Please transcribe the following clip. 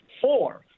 Four